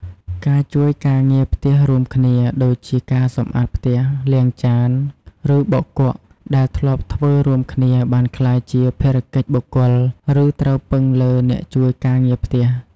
ការជួយការងារផ្ទះរួមគ្នា ដូចជាការសម្អាតផ្ទះ លាងចាន ឬបោកគក់ ដែលធ្លាប់ធ្វើរួមគ្នា បានក្លាយជាភារកិច្ចបុគ្គល ឬត្រូវពឹងលើអ្នកជួយការងារផ្ទះ។